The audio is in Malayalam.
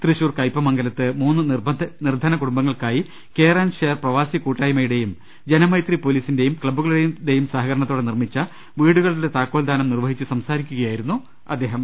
തൃശൂർ കയ്പമംഗലത്ത് മൂന്ന് നിർധന കുടുംബങ്ങൾക്കായി കെയർ ആൻഡ് ഷെയർ പ്രവാസി കൂട്ടായ്മ യുടെയും ജനമൈത്രി പൊലീസിന്റെയും ക്ലബുകളുടെയും സഹക രണത്തോടെ നിർമ്മിച്ച വീടുകളുടെ താക്കോൽദാനം നിർവ്വഹിച്ചു സംസാരിക്കുകയായിരുന്നു അദ്ദേഹം